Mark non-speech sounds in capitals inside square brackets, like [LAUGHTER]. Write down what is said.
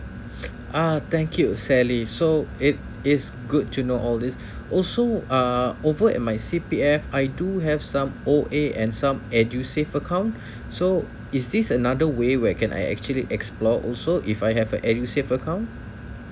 [NOISE] ah thank you sally so it is good to know all these also uh over at my C_P_F I do have some O_A and some edusave account so is this another way where can I actually explore also if I have a edusave account